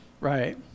right